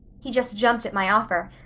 he just jumped at my offer.